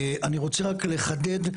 אני רק רוצה לחדד: